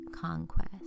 conquest